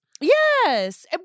Yes